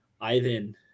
ivan